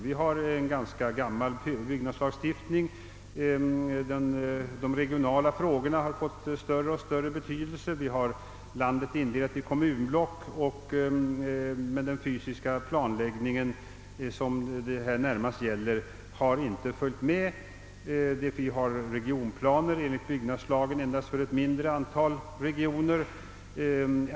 Vi har en ganska gammal byggnadslagstiftning. De regionala frågorna har fått större och större betydelse. Vi har lan det indelat i kommunblock, men den fysiska planläggning som det här närmast gäller har inte följt med. Vi har regionplaner enligt byggnadslagen endast för ett mindre antal regioner.